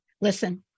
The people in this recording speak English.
Listen